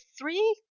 three